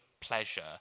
pleasure